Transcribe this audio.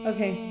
Okay